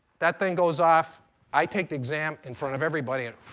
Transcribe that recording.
that thing goes off i take the exam in front of everybody and